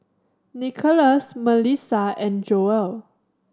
Nicolas Mellissa and Joel